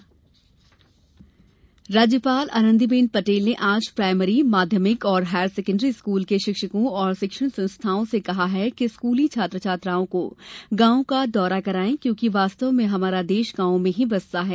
राज्यपाल राज्यपाल आनंदीबेन पटेल ने आज प्राइमरी माध्यमिक और हायर सेकन्ड्री स्कूल के शिक्षकों और शिक्षण संस्थाओं से कहा कि स्कूली छात्र छात्राओं को गांवों का दौरा करायें क्योंकि वास्तव में हमारा देश गॉवों में ही बसता है